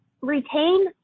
retain